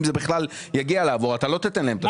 אם זה בכלל יגיע לעבור; אתה לא תיתן להם.